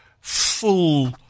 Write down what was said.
full